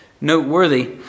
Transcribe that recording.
noteworthy